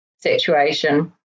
situation